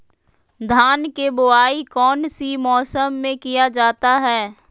धान के बोआई कौन सी मौसम में किया जाता है?